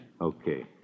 Okay